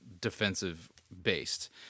defensive-based